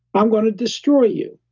i'm going to destroy you.